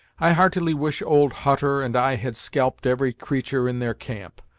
i heartily wish old hutter and i had scalped every creatur' in their camp,